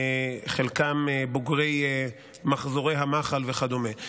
חלקם בוגרי מחזורי המח"ל וכדומה.